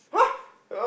!huh! uh